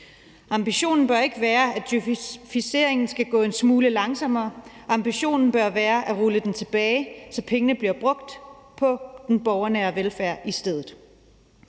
Ambitionen bør ikke være, at djøfiseringen skal gå en smule langsommere; ambitionen bør være at rulle den tilbage, så pengene bliver brugt på den borgernære velfærd i stedet.